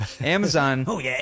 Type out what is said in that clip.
Amazon